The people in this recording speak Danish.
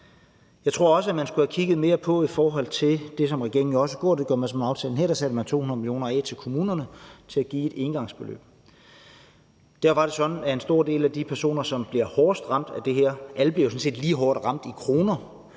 Jeg tror også, at man skulle have kigget mere på det, som regeringen jo også har gjort, det gør man så med aftalen, og her der afsætter man 200 mio. kr. til kommunerne, så de kan give et engangsbeløb. Der var det sådan, at en stor del af de personer, som bliver hårdest ramt af det her – alle bliver jo sådan set lige hårdt ramt i kroner,